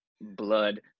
blood